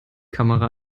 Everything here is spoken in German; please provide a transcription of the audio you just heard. kamera